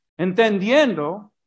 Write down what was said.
Entendiendo